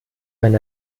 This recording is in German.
wenn